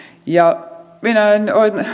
minä en